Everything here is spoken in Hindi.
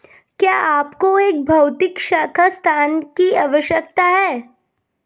क्या आपको एक भौतिक शाखा स्थान की आवश्यकता है?